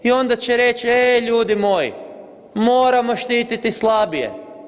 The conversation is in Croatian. I onda će reći e ljudi moji, moramo štititi slabije.